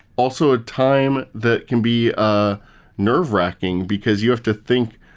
also ah time, that can be ah nerve-racking because you have to think,